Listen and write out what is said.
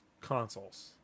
consoles